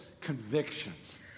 convictions